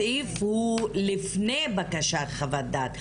הסעיף הוא לפני בקשת חוות דעת,